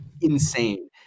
insane